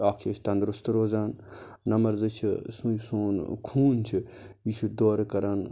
اَکھ چھِ أسۍ تندرُستہٕ روزان نمر زٕ چھِ سُے سون خوٗن چھُ یہِ چھُ دورٕ کَران